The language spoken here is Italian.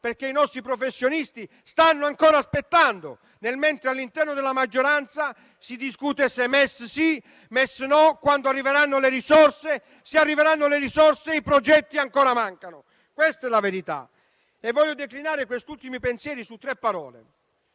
e i nostri professionisti stanno ancora aspettando, mentre all'interno della maggioranza si discute se MES sì o MES no, quando e se arriveranno le risorse e i progetti ancora mancano. Questa è la verità. Voglio declinare questi ultimi pensieri su tre parole: